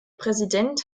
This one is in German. präsident